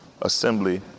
assembly